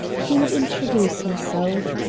he would introduce himself.